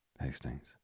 Hastings